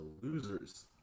Losers